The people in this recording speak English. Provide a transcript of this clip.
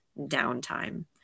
downtime